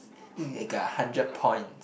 I got a hundred point